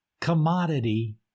Commodity